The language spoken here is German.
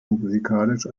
musikalisch